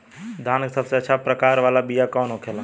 धान के सबसे अच्छा प्रकार वाला बीया कौन होखेला?